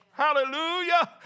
Hallelujah